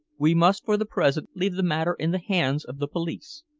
we must for the present leave the matter in the hands of the police.